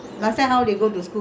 fun right